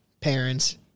parents